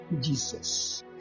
Jesus